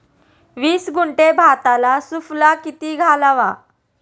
वीस गुंठे भाताला सुफला किती घालावा?